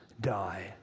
die